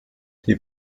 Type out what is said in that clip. die